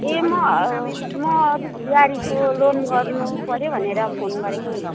ए म म अलिक गाडीको लोन गर्नुपऱ्यो भनेर फोन गरेको नि